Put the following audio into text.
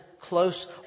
close